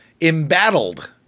embattled